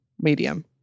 medium